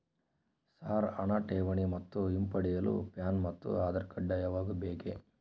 Sir ಹಣ ಠೇವಣಿ ಮತ್ತು ಹಿಂಪಡೆಯಲು ಪ್ಯಾನ್ ಮತ್ತು ಆಧಾರ್ ಕಡ್ಡಾಯವಾಗಿ ಬೇಕೆ?